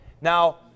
Now